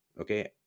okay